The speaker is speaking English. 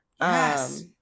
Yes